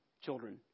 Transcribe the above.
children